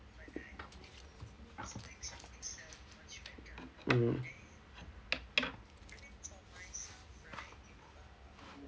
mmhmm